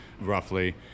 roughly